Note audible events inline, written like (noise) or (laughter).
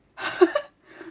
(laughs)